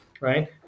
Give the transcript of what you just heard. right